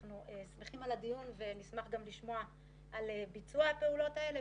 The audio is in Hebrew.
אנחנו שמחים על הדיון ונשמח גם לשמוע על ביצוע הפעולות האמורות.